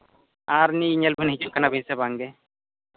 ᱟᱨ ᱱᱩᱭ ᱧᱮᱞ ᱵᱮᱱ ᱦᱤᱡᱩᱜ ᱠᱟᱱᱟ ᱵᱤᱱ ᱥᱮ ᱵᱟᱝᱜᱮ